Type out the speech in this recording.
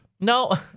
No